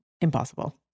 impossible